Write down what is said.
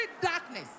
darkness